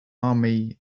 army